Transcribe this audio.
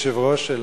אדוני היושב-ראש,